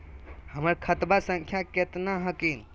हमर खतवा संख्या केतना हखिन?